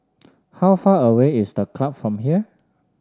how far away is The Club from here